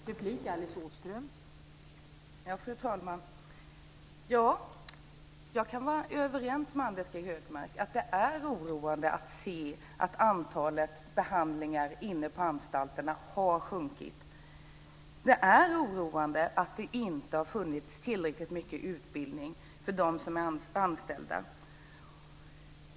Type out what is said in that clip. Fru talman! Jag kan vara överens med Anders G Högmark om att det är oroande att se att antalet behandlingar inne på anstalterna har minskat. Det är oroande att det inte har funnits tillräckligt mycket utbildning för de anställda.